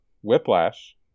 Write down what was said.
Whiplash